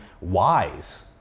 wise